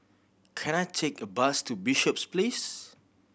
can I take a bus to Bishops Place